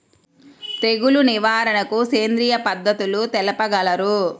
తెగులు నివారణకు సేంద్రియ పద్ధతులు తెలుపగలరు?